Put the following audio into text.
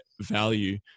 value